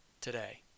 today